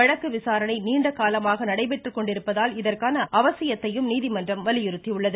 வழக்கு விசாரணை நீண்ட காலமாக நடைபெற்றுக்கொண்டிருப்பதால் இதற்கான அவசியத்தையும் நீதிமன்றம் வலியுறுத்தியது